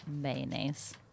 mayonnaise